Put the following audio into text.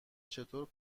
چطور